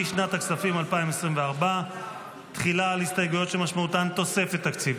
לשנת הכספים 2024. תחילה על ההסתייגויות שמשמעותן תוספת תקציב.